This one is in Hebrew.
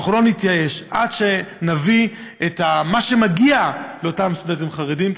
ואנחנו לא נתייאש עד שנביא את מה שמגיע לאותם סטודנטים חרדים.